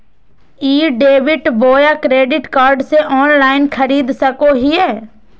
ई debit बोया credit card से online खरीद सको हिए?